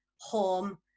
home